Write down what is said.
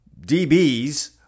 DBs